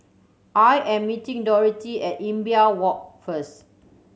I am meeting Dorothy at Imbiah Walk first